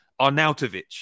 Arnautovic